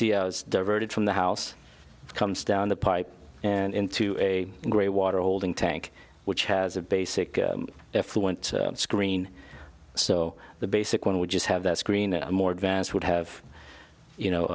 see diverted from the house comes down the pipe and into a great water holding tank which has a basic effluent screen so the basic one would just have that screen more advanced would have you know